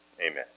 Amen